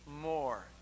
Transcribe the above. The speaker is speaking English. more